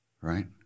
Right